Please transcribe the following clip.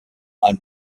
ein